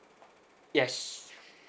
yes